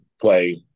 play